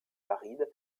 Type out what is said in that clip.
aride